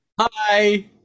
hi